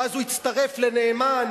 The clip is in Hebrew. ואז הוא יצטרף לנאמן?